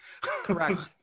Correct